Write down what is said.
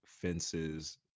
fences